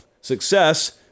Success